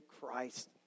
Christ